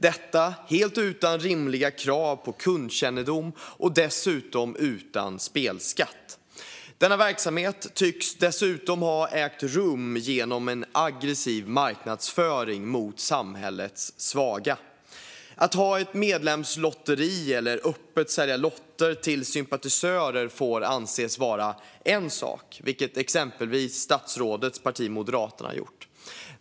Detta har kunnat ske helt utan rimliga krav på kundkännedom och dessutom utan spelskatt. Denna verksamhet tycks dessutom ha ägt rum genom en aggressiv marknadsföring mot samhällets svaga. Att ha ett medlemslotteri eller öppet sälja lotter till sympatisörer får anses vara en sak, vilket exempelvis statsrådets parti Moderaterna har gjort.